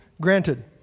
granted